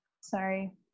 Sorry